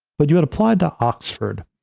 but you had applied to oxford,